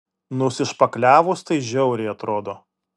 nusišpakliavus tai žiauriai atrodo